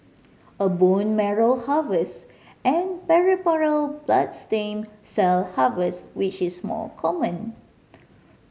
a bone marrow harvest and peripheral blood stem cell harvest which is more common